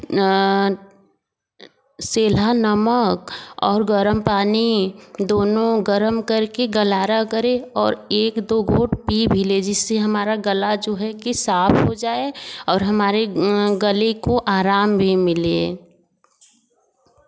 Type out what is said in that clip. सेंधा नमक और गर्म पानी दोनों गर्म करके गरारा करें और एक दो घूट पी भी लें जिससे हमारा गला जो है कि साफ़ हो जाए और हमारे गले को आराम भी मिले